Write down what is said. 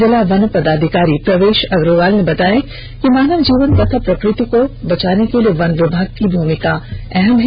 जिला वन पदाधिकारी प्रवेष अग्रवाल ने बताया कि मानव जीवन तथा प्रकृति को बचाने में वन विभाग की भूमिका अहम है